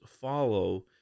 follow